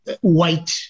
White